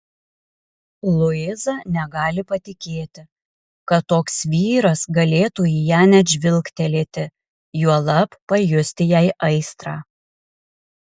luiza negali patikėti kad toks vyras galėtų į ją net žvilgtelėti juolab pajusti jai aistrą